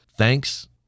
Thanks